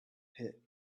pit